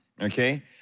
okay